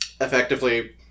effectively